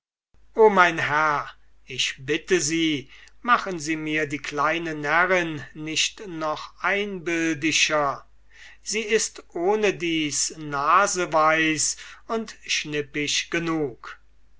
o mein herr ich bitte sie machen sie mir die kleine närrin nicht noch einbildischer sie ist ohne dies naseweis und schnippisch genug